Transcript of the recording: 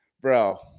Bro